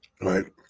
Right